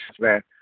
man